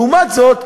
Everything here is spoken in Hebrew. לעומת זאת,